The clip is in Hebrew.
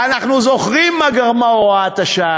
ואנחנו זוכרים למה גרמה הוראת השעה